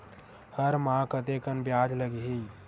हर माह कतेकन ब्याज लगही?